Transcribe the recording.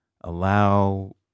Allow